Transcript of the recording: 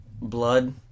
blood